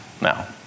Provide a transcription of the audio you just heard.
now